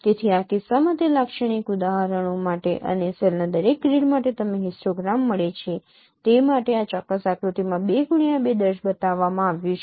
તેથી આ કિસ્સામાં તે લાક્ષણિક ઉદાહરણો માટે અને સેલના દરેક ગ્રીડ માટે તમને હિસ્ટોગ્રામ મળે છે તે માટે આ ચોક્કસ આકૃતિમાં 2x2 બતાવવામાં આવ્યું છે